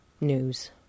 News